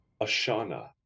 Ashana